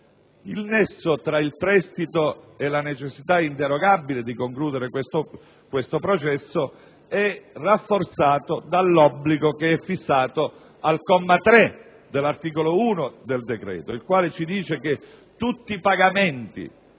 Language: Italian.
Il nesso tra il prestito e la necessità inderogabile di concludere questo processo è rafforzato dall'obbligo fissato al comma 3 dell'articolo 1 del decreto, il quale sostanzialmente prevede che tutti i pagamenti